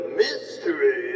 mystery